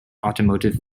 automotive